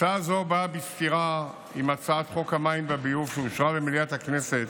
הצעה זו באה בסתירה עם הצעת חוק המים והביוב שאושרה במליאת הכנסת